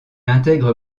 intègre